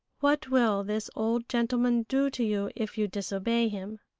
what will this old gentleman do to you if you disobey him?